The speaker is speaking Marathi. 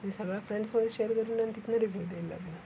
मी सगळ्या फ्रेंड्समध्ये शेअर करीन आणि तिथनं रिव्यू